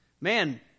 man